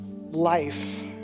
life